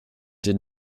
did